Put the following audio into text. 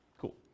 Cool